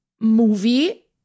movie